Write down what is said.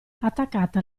attaccata